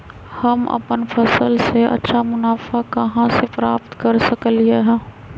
हम अपन फसल से अच्छा मुनाफा कहाँ से प्राप्त कर सकलियै ह?